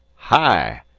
hi!